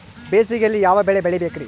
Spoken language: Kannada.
ಬೇಸಿಗೆಯಲ್ಲಿ ಯಾವ ಬೆಳೆ ಬೆಳಿಬೇಕ್ರಿ?